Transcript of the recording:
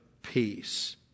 peace